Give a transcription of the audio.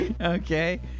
Okay